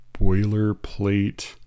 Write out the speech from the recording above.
boilerplate